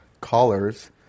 callers